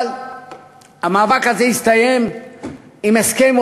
אבל המאבק הזה הסתיים עם הסכם,